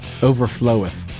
overfloweth